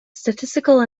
statistical